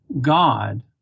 God